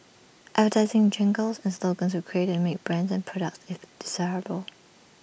advertising jingles and slogans were created to make brands and products if desirable